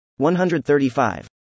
135